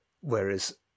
Whereas